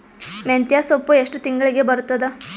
ಮೆಂತ್ಯ ಸೊಪ್ಪು ಎಷ್ಟು ತಿಂಗಳಿಗೆ ಬರುತ್ತದ?